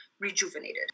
rejuvenated